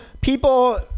people